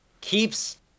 keeps